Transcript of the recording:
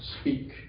speak